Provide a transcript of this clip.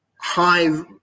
high